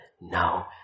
now